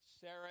Sarah